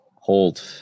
Hold